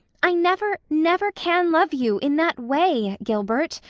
i never, never can love you in that way gilbert.